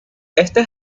este